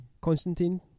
Constantine